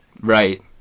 Right